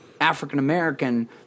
African-American